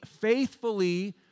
faithfully